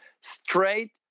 straight